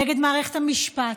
נגד מערכת המשפט,